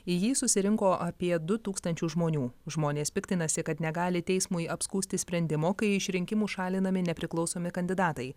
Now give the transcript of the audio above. į jį susirinko apie du tūkstančius žmonių žmonės piktinasi kad negali teismui apskųsti sprendimo kai iš rinkimų šalinami nepriklausomi kandidatai